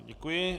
Děkuji.